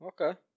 Okay